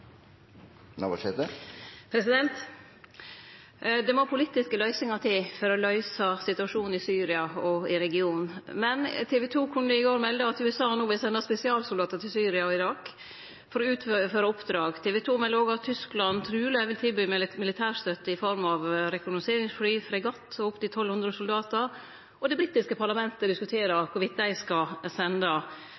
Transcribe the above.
til oppfølgingsspørsmål. Det må politiske løysingar til for å løyse situasjonen i Syria og i regionen, men TV 2 kunne i går melde at USA no vil sende spesialsoldatar til Syria og Irak for å utføre oppdrag. TV 2 melder òg at Tyskland truleg vil tilby militærstøtte i form av rekognoseringsfly, fregatt og opptil 1200 soldatar, og det britiske parlamentet diskuterer